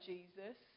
Jesus